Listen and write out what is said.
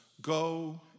go